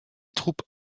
troupes